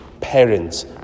parents